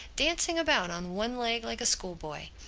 dancing about on one leg like a schoolboy.